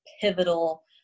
pivotal